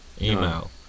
Email